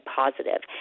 positive